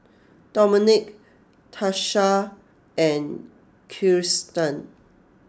Domonique Tarsha and Kirsten